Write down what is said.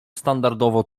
standardowo